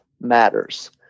matters